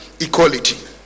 equality